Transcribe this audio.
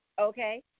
Okay